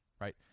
Right